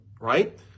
right